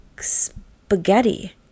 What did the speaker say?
spaghetti